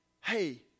Hey